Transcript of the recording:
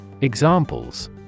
Examples